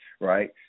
right